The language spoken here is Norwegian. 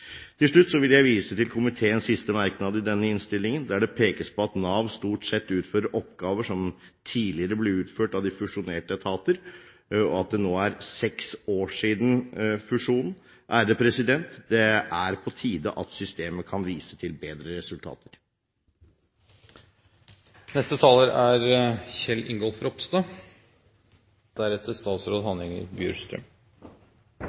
Til slutt vil jeg vise til komiteens siste merknader i denne innstillingen, der det pekes på at Nav stort sett utfører oppgaver som tidligere ble utført av de fusjonerte etater, og at det nå er seks år siden fusjonen. Det er på tide at systemet kan vise til bedre resultater.